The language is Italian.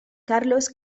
carlos